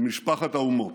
למשפחת האומות.